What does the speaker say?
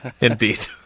Indeed